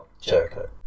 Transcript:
Jericho